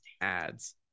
ads